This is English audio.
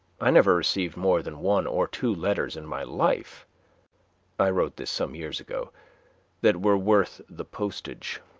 i never received more than one or two letters in my life i wrote this some years ago that were worth the postage.